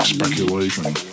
Speculation